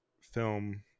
film